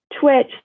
Twitch